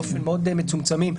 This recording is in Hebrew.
מאוד מצומצמים,